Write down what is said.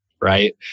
right